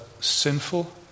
sinful